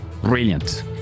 Brilliant